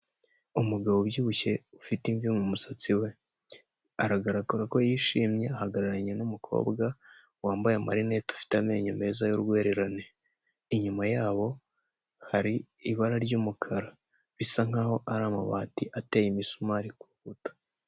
Umugabo ubyibushye ufite imvi mu musatsi we aragaragara ko yishimye ahagararanye n'umukobwa wambaye marinet ufite amenyo meza y'urwererane, inyuma yabo hari ibara ry'umukara bisa nkaho ari amabati ateye imisumari kunkuta.